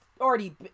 already